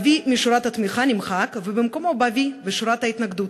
ה"וי" משורת התמיכה נמחק ובמקומו בא "וי" בשורת ההתנגדות.